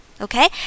Okay